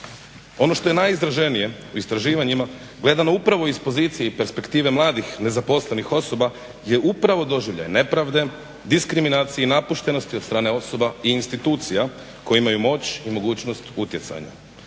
Ono što je najizraženije u istraživanjima gledano upravo iz pozicije i perspektive mladih nezaposlenih osoba je upravo doživljaj nepravde, diskriminacije i napuštenosti od strane osoba i institucija koje imaju moć i mogućnost utjecanja.